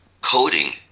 coding